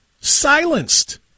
silenced